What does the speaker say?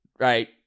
Right